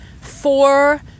Four